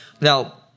now